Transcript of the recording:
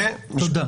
תודה.